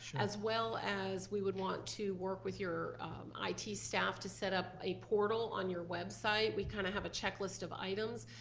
as well as we would want to work with your it staff to set up a portal on your website. we kind of have a checklist of items.